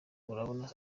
urabona